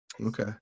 Okay